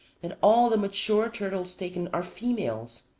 that all the mature turtles taken are females,